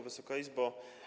Wysoka Izbo!